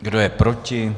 Kdo je proti?